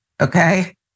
okay